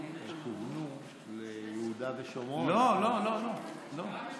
כיוונו ליהודה ושומרון, לא, לא, לא, לא.